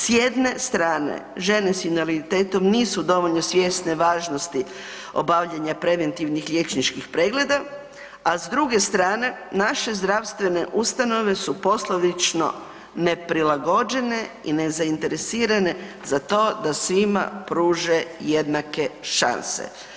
S jedne strane, žene s invaliditetom nisu dovoljno svjesne važnosti obavljanja preventivnih liječničkih pregleda, a s druge strane, naše zdravstvene ustanove su poslovično neprilagođene i nezainteresirane za to da svima pruže jednake šanse.